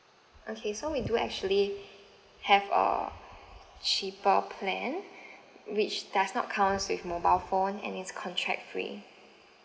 okay so we do actually have a cheaper plan which does not comes with mobile phone and it's contract free